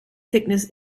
thickness